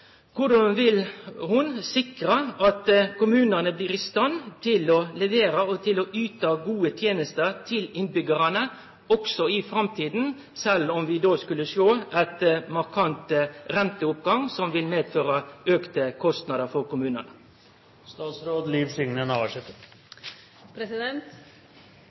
Korleis vil ho sikre at kommunane også i framtida blir i stand til å levere gode tenester til innbyggjarane, sjølv om vi vil sjå ein markant renteoppgang som vil føre til auka kostnader for